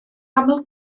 aml